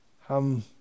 ham